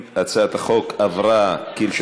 ההצעה להעביר את הצעת חוק הצבעה באמצעות